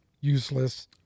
Useless